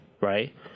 right